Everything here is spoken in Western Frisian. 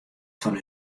fan